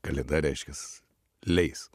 kalėda reiškias leis